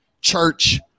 church